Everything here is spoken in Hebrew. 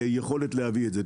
היכולת להביא את זה.